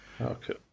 okay